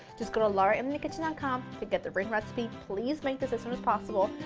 just go to laurainthekitchen dot com to get the written recipe, please make this as soon as possible,